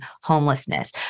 homelessness